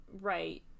right